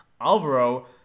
Alvaro